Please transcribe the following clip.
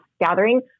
gathering